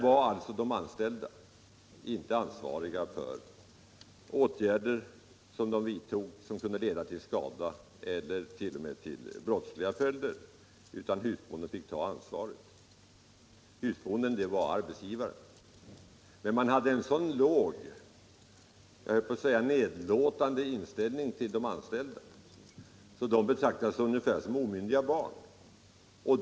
De anställda var inte ansvariga för åtgärder som de vidtog och som kunde leda till skada eller t.o.m. få brottsliga följder, utan husbonden fick ta ansvaret. Husbonden var arbetsgivaren. Han hade en så låg, jag höll på att säga nedlåtande, inställning till de anställda att de betraktades ungefär som omyndiga barn.